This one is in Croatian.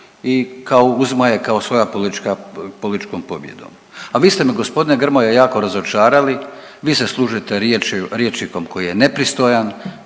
uzima je kao svoja političkom pobjedom, a vi ste me g. Grmoja jako razočarali, vi se služite rječnikom koji je nepristojan,